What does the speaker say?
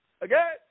Again